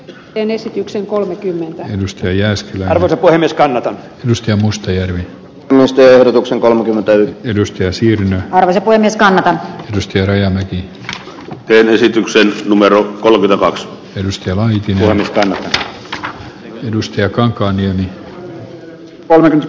teen esityksen kolmekymmentä edustajasta topo edes kannata myöskään mustajoen yläaste ehdotuksen kolmekymmentä edustajaa siihen varoja kuin niskaan on lystiä räjähti esityksen numero on ylväs ennustellaankin minulle kävi ed